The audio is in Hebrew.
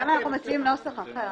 אנחנו מציעים נוסח אחר